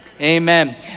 Amen